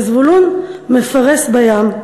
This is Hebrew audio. וזבולון מפרש בים,